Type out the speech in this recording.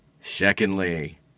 Secondly